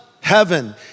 heaven